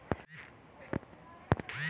रजनीगंधा गजरा के निर्माण में भी काम आता है